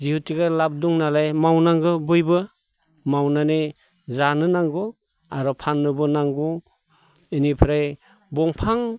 जिहेथुके लाब दं नालाय मावनांगौ बयबो मावनानै जानो नांगौ आरो फाननोबो नांगौ बेनिफ्राय दंफां